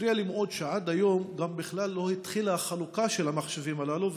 מפריע לי מאוד גם שעד היום בכלל לא התחילה החלוקה של המחשבים הללו,